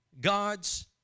God's